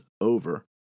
over